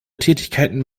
tätigkeiten